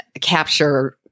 capture